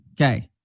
Okay